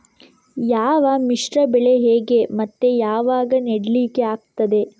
ಯಾವ ಮಿಶ್ರ ಬೆಳೆ ಹೇಗೆ ಮತ್ತೆ ಯಾವಾಗ ನೆಡ್ಲಿಕ್ಕೆ ಆಗ್ತದೆ?